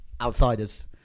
Outsiders